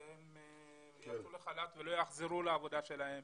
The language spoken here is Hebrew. הם יצאו לחל"ת ולא יחזרו לעבודה שלהם.